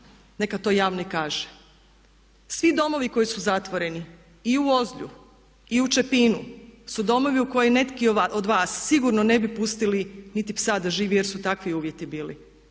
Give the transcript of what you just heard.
neka to javno i kaže. Svi domovi koji su zatvoreni i u Ozlju i u Čepinu su domovi u koji neki od vas sigurno ne bi pustili niti psa da živi jer su takvi uvjeti bili.